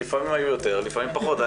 לפעמים היו יותר, לפעמים פחות.